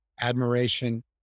admiration